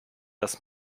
dass